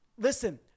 Listen